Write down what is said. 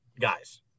guys